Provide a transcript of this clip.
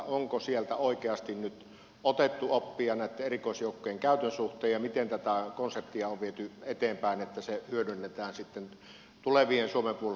onko sieltä oikeasti nyt otettu oppia näitten erikoisjoukkojen käytön suhteen ja miten tätä konseptia on viety eteenpäin että se hyödynnetään sitten tulevien suomen puolustusvoimien kehittämisessä